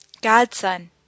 godson